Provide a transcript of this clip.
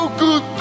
good